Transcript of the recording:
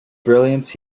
brilliance